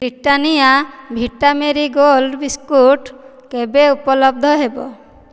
Britannia Vita Marie Gold biscuit କେବେ ଉପଲବ୍ଧ ହେବ